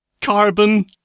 Carbon